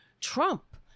Trump